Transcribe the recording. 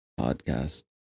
Podcast